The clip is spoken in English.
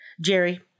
Jerry